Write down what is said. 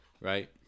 right